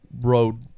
Road